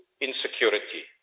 insecurity